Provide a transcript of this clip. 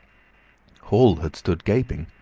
hall had stood gaping.